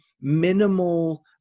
minimal